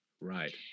Right